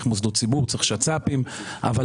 היא